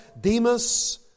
Demas